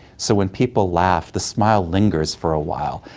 so when people laugh, the smile lingers for a while,